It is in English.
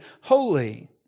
holy